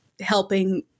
helping